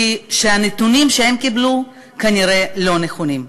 שהנתונים שהם קיבלו כנראה לא נכונים.